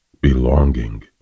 belonging